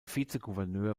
vizegouverneur